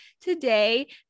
today